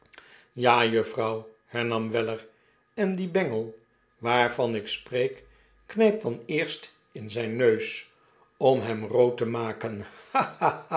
ja juffrouw hernam weller en die bengel waarvan ik spreek knypt dan eerst in zijn neus om hem rood te maken